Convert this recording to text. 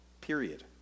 Period